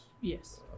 yes